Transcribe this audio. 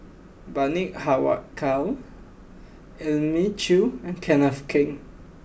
Bani Haykal Elim Chew and Kenneth Keng